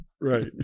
right